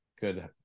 good